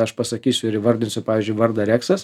aš pasakysiu ir įvardinsiu pavyzdžiui vardą reksas